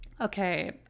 Okay